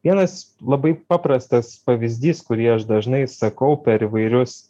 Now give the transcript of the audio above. vienas labai paprastas pavyzdys kurį aš dažnai sakau per įvairius